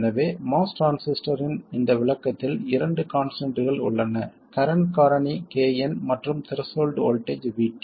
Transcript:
எனவே MOS டிரான்சிஸ்டரின் இந்த விளக்கத்தில் இரண்டு கான்ஸ்டன்ட்கள் உள்ளன கரண்ட் காரணி K n மற்றும் த்ரெஷோல்ட் வோல்ட்டேஜ் VT